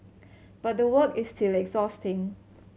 but the work is still exhausting